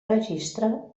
registre